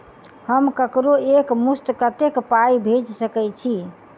हम ककरो एक मुस्त कत्तेक पाई भेजि सकय छी?